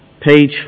Page